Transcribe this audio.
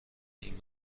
این